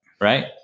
right